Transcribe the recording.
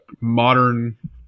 modern –